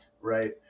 right